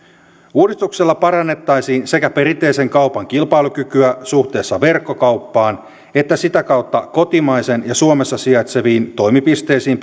uudistuksella parannettaisiin sekä perinteisen kaupan kilpailukykyä suhteessa verkkokauppaan että sitä kautta kotimaisen ja suomessa sijaitseviin toimipisteisiin